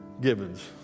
Gibbons